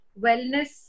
wellness